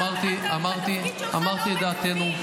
אמרתי את דעתנו.